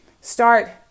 Start